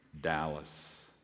Dallas